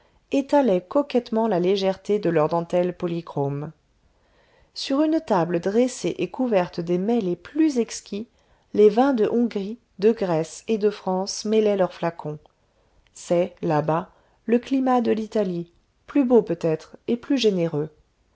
étalaient coquettement la légèreté de leurs dentelles polychromes sur une table dressée et couverte des mets les plus exquis les vins de hongrie de grèce et de france mêlaient leurs flacons c'est la bas le climat de l'italie plus beau peut-être et plus généreux